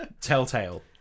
Telltale